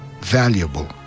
valuable